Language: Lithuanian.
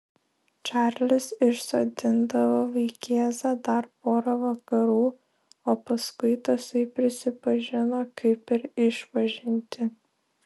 čarlis išsodindavo vaikėzą dar pora vakarų o paskui tasai prisipažino kaip per išpažintį